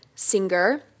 singer